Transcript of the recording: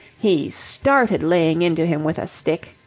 he started laying into him with a stick.